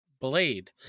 blade